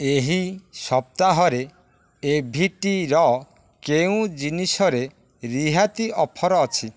ଏହି ସପ୍ତାହରେ A V T ର କେଉଁ ଜିନିଷରେ ରିହାତି ଅଫର୍ ଅଛି